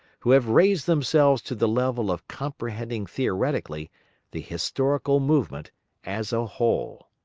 who have raised themselves to the level of comprehending theoretically the historical movement as a whole.